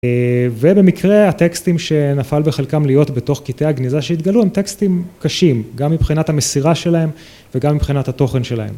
ובמקרה הטקסטים שנפל בחלקם להיות בתוך קטעי הגניזה שהתגלו, הם טקסטים קשים, גם מבחינת המסירה שלהם וגם מבחינת התוכן שלהם